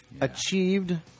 Achieved